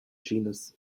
genus